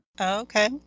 Okay